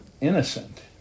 innocent